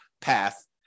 path